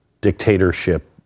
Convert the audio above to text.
dictatorship